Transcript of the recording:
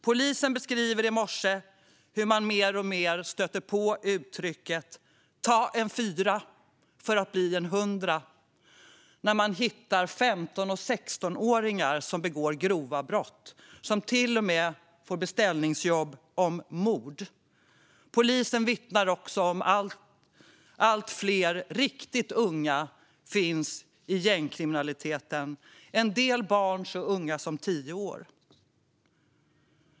Polisen beskrev i morse hur man mer och mer stöter på uttrycket "ta en fyra för att bli en hundra" när man hittar 15 och 16-åringar som begår grova brott, som till och med får beställningsjobb om mord. Polisen vittnar också om att allt fler riktigt unga finns i gängkriminaliteten, en del barn så unga som 10 år.